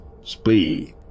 Speed